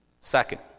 Second